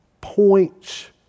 points